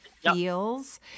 feels